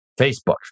Facebook